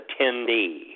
attendee